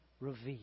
revealed